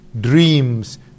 dreams